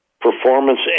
performance